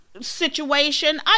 situation